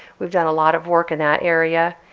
we've done a lot of work in that area.